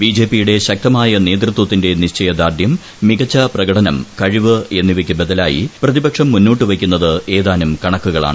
B J P യുടെ ശക്തമായ നേതൃത്വത്തിന്റെ നിശ്ചയദാർഡ്യം മികച്ച പ്രകടനം കഴിവ് എന്നിവയ്ക്ക് ബദലായി പ്രതിപക്ഷം മുന്നോട്ടുവയ്ക്കുന്നത് ഏതാനും കണക്കുകളാണ്